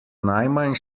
najmanj